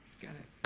got it,